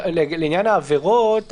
פה עבירה